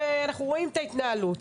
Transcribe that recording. ואנחנו רואים את ההתנהלות.